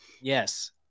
Yes